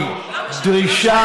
לא משנה,